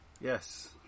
Yes